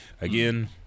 again